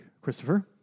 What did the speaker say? Christopher